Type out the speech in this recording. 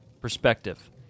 perspective